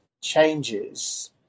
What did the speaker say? changes